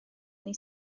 neu